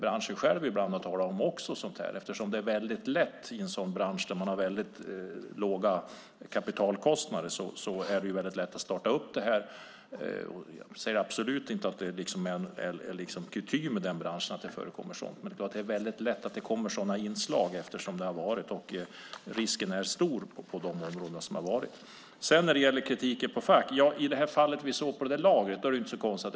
Branschen har ibland själv talat om detta eftersom det i en bransch med låga kapitalkostnader är lätt att starta verksamhet. Jag säger inte att det är kutym att det förekommer sådant här i denna bransch, men det är lätt att det blir sådana inslag eftersom det har förekommit och eftersom risken är stor på de områden som har varit. När det gäller kritiken av facken är det inte så konstigt i fallet vi såg på lagret.